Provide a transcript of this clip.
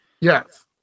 Yes